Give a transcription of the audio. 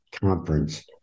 conference